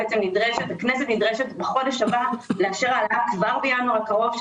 הכנסת נדרשת בחודש הבא לאפשר העלאה כבר בינואר הקרוב,